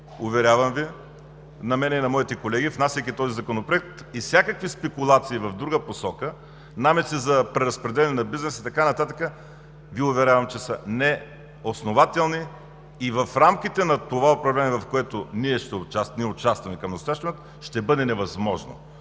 уверявам Ви, на мен и на моите колеги, внасяйки този законопроект, и всякакви спекулации в друга посока, намеци за преразпределяне на бизнеса и така нататък, Ви уверявам, че са неоснователни и в рамките на това управление, в което ние участваме, към настоящия момент ще бъде невъзможно.